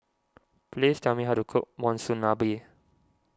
please tell me how to cook Monsunabe